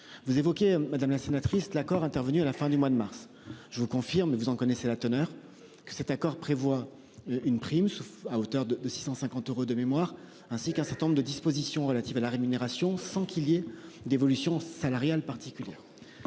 Vous évoquiez, madame la sénatrice. L'accord intervenu à la fin du mois de mars. Je vous confirme, mais vous en connaissez la teneur que cet accord prévoit une prime à hauteur de de 650 euros de mémoire ainsi qu'un certain nombre de dispositions relatives à la rémunération, sans qu'il y ait d'évolution salariale particulière.